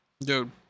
Dude